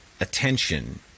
attention